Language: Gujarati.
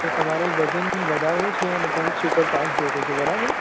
તો તમારે વજન વધારવું છે અને તમે સુપરફાસ્ટ જોઈએ છે બરાબર